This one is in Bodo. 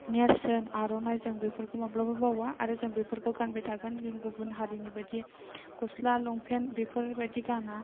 नेरसोन आर'नाइ जों बेखौ माब्लाबाबो बाववा आरो जों बेफोरखौ गानबाय थागोन जों गुबुन हारिनि बायदि गस्ला लंफेन बेफोरबायदि गाना